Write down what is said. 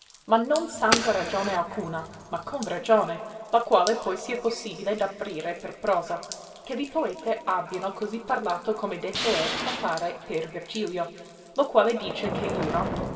ma non sanza ragione alcuna ma con ragione la quale poi sia possibile d'aprire per prosa che li poete abbiano così parlato come detto è appare per virgilio lo quale dice che juno